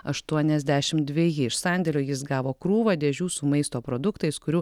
aštuoniasdešimt dveji iš sandėlio jis gavo krūvą dėžių su maisto produktais kurių